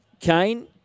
Kane